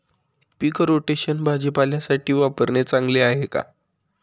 पीक rotation भाजीपाल्यासाठी वापरणे चांगले आहे का?